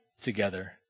together